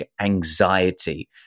anxiety